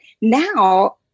now